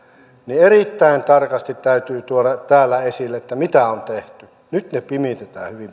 erittäin tarkasti täytyy tuoda täällä esille mitä on tehty nyt ne pimitetään